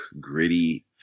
gritty